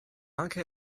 anche